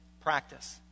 practice